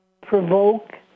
provoke